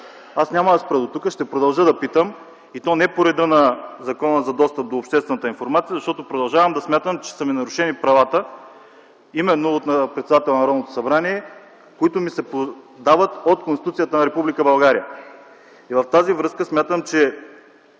Аз няма да спра дотук. Ще продължа да питам, и то не по реда на Закона за достъп до обществена информация, защото продължавам да смятам, че са ми нарушени правата от председателя на Народното събрание, които ми се дават от Конституцията на Република България. В тази връзка смятам, че